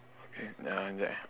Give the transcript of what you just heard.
okay uh jap eh